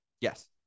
Yes